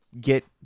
get